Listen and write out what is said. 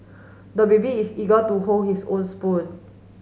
the baby is eager to hold his own spoon